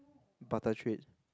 butter trade